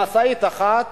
במשאית אחת